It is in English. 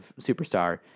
superstar